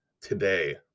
today